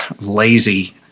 lazy